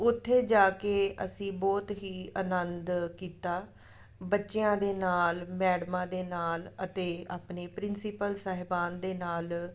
ਉੱਥੇ ਜਾ ਕੇ ਅਸੀਂ ਬਹੁਤ ਹੀ ਆਨੰਦ ਕੀਤਾ ਬੱਚਿਆਂ ਦੇ ਨਾਲ ਮੈਡਮਾਂ ਦੇ ਨਾਲ ਅਤੇ ਆਪਣੇ ਪ੍ਰਿੰਸੀਪਲ ਸਾਹਿਬਾਨ ਦੇ ਨਾਲ